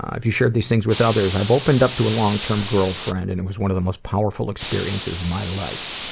have you shared these things with others? i opened up to a long term girlfriend, and it was one of the most powerful experiences of my life.